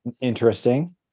Interesting